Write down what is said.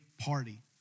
party